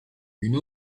une